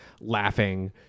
laughing